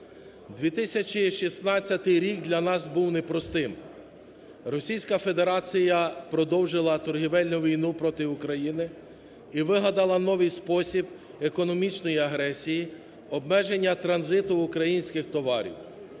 2016 рік для нас був непростим, Російська Федерація продовжила торговельну війну проти України і вигадала новий спосіб економічної агресії, обмеження транзиту українських товарів.